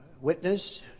witness